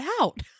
out